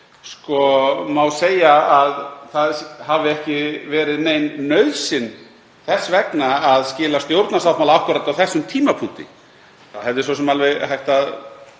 svo segja að það hafi ekki verið nein nauðsyn þess vegna að skila stjórnarsáttmála akkúrat á þessum tímapunkti. Það hefði verið hægt að